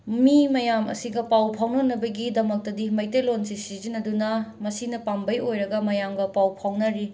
ꯃꯤ ꯃꯌꯥꯝ ꯑꯁꯤꯒ ꯄꯥꯎ ꯐꯥꯎꯅꯅꯕꯒꯤꯗꯃꯛꯇꯗꯤ ꯃꯩꯇꯩꯂꯣꯟꯁꯤ ꯁꯤꯖꯤꯟꯅꯗꯨꯅ ꯃꯁꯤꯅ ꯄꯥꯝꯕꯩ ꯑꯣꯏꯔꯒ ꯃꯌꯥꯝꯒ ꯄꯥꯎ ꯐꯥꯎꯅꯔꯤ